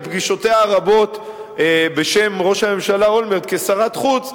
בפגישותיה הרבות בשם ראש הממשלה אולמרט כשרת החוץ,